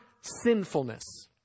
sinfulness